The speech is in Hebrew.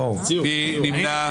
מי נמנע?